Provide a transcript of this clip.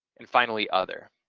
and finally other.